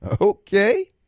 Okay